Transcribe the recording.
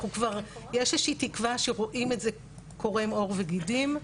כבר יש איזושהי תקווה שרואים את זה קורם עור וגידים.